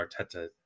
Arteta